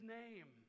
name